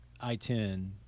I-10